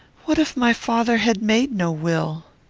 what if my father had made no will?